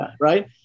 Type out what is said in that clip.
right